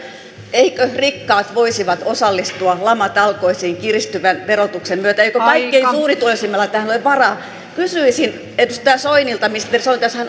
eivätkö rikkaat voisi osallistua lamatalkoisiin kiristyvän verotuksen myötä eikö kaikkein suurituloisimmilla ole tähän varaa kysyisin ministeri soinilta jos hän